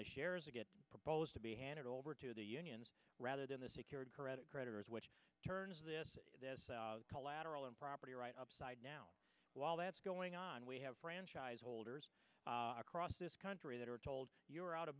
their shares a good proposed to be handed over to the unions rather than the secured credit creditors which turns this this collateral and property right upside now while that's going on we have franchise holders across this country that are told you're out of